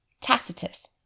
Tacitus